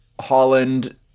Holland